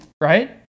right